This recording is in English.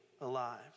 alive